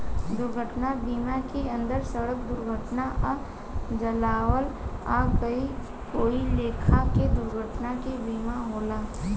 दुर्घटना बीमा के अंदर सड़क दुर्घटना आ जलावल आ कई लेखा के दुर्घटना के बीमा होला